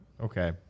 Okay